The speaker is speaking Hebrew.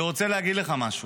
אני רוצה להגיד לך משהו.